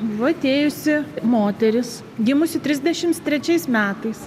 buvo atėjusi moteris gimusi trisdešims trečiais metais